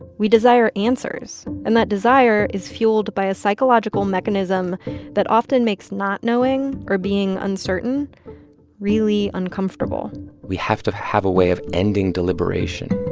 we desire answers. and that desire is fueled by a psychological mechanism that often makes not knowing or being uncertain really uncomfortable we have to have a way of ending deliberation.